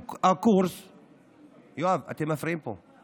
הלשכה, יואב, אתם מפריעים פה.